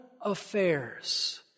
affairs